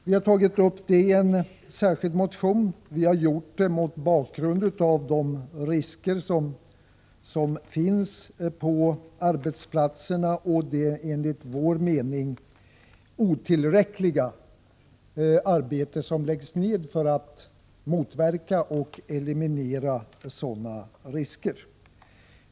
Vi har tagit upp detta i en särskild motion mot bakgrund av de risker som föreligger på arbetsplatserna och det enligt vår mening otillräckliga arbete som läggs ned på att motverka och eliminera sådana risker.